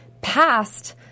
past